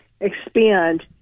expand